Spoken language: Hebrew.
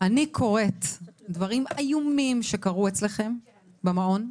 אני קוראת דברים איומים שקרו אצלכם במעון.